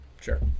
Sure